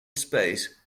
space